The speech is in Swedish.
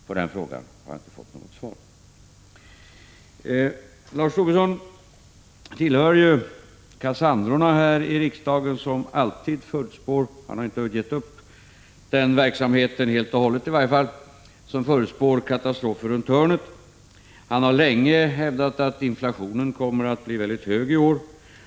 På den frågan har jag inte fått något svar. Lars Tobisson tillhör ju Kassandrorna här i riksdagen, som alltid förutspår att katastrofer väntar runt hörnet. Han har i varje fall inte helt och hållet gett upp den verksamheten. Han har länge hävdat att inflationen kommer att bli väldigt hög i år.